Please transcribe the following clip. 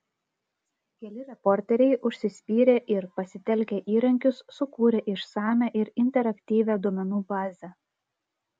keli reporteriai užsispyrė ir pasitelkę įrankius sukūrė išsamią ir interaktyvią duomenų bazę